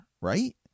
right